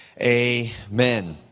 amen